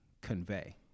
convey